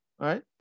right